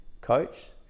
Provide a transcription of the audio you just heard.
coach